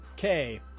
Okay